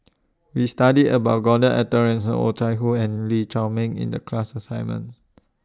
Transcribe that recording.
We studied about Gordon Arthur Ransome Oh Chai Hoo and Lee Chiaw Meng in The class assignment